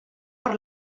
per